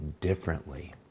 differently